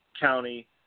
county